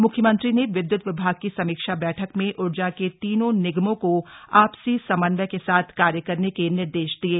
मख्यमंत्री ने विद्य्त विभाग की समीक्षा बैठक में ऊर्जा के तीनों निगमों को आपसी समन्वय के साथ कार्य करने के निर्देश दिये